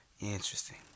Interesting